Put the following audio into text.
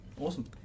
Awesome